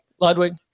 Ludwig